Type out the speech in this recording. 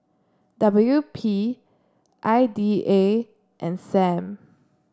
W P I D A and Sam